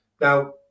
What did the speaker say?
Now